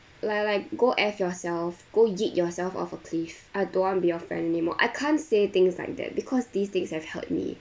like like go F yourself go yeet yourself off a cliff I don't want be your friend anymore I can't say things like that because these things have hurt me